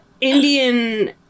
Indian